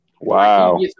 Wow